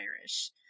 Irish